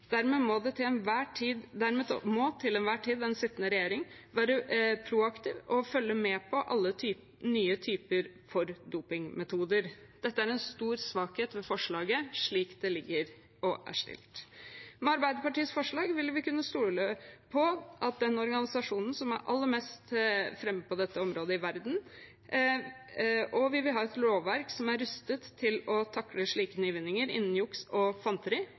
Dermed må den til enhver tid sittende regjering være proaktiv og følge med på alle nye typer dopingmetoder. Dette er en stor svakhet ved forslaget slik det ligger og er stilt. Med Arbeiderpartiets forslag vil vi kunne stole på den organisasjonen som er aller mest fremme på dette området i verden, og vi vil ha et lovverk som er rustet til å takle slike nyvinninger innen juks og fanteri